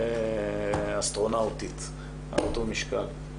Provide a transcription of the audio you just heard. ו"אסטרונאוטית" על אותו משקל.